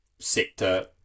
sector